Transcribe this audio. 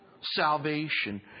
salvation